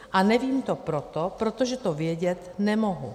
A nevím to proto, protože to vědět nemohu.